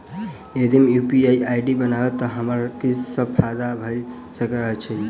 यदि हम UPI ID बनाबै तऽ हमरा की सब फायदा भऽ सकैत अछि?